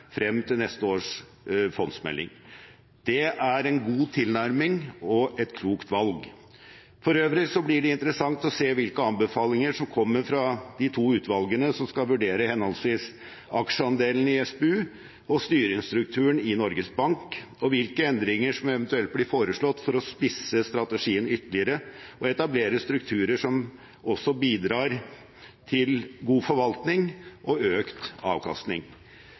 frem til neste års fondsmelding. Det er en god tilnærming og et klokt valg. For øvrig blir det interessant å se hvilke anbefalinger som kommer fra de to utvalgene som skal vurdere henholdsvis aksjeandelen i SPU og styringsstrukturen i Norges Bank, og hvilke endringer som eventuelt blir foreslått for å spisse strategien ytterligere og etablere strukturer som også bidrar til god forvaltning og økt avkastning.